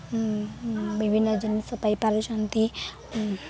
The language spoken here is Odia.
ବିଭିନ୍ନ ଜିନିଷ ପାଇପାରୁଛନ୍ତି